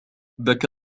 بكى